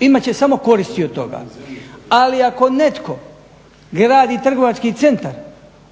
imat će samo koristi od toga. Ali ako netko gradi trgovački centar